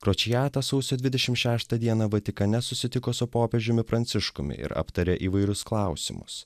kročijata sausio dvidešim šeštą dieną vatikane susitiko su popiežiumi pranciškumi ir aptarė įvairius klausimus